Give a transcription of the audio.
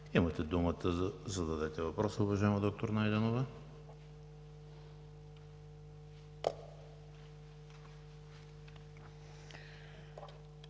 Имате думата да зададете въпроса, уважаема доктор Найденова.